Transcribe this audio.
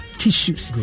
tissues